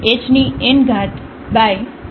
fx0hnn